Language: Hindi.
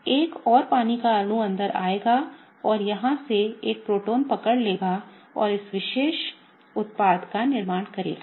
इसलिए एक और पानी का अणु अंदर आएगा और यहां से एक प्रोटॉन पकड़ लेगा और इस विशेष उत्पाद का निर्माण करेगा